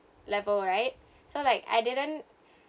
level right so like I didn't